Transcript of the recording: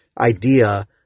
idea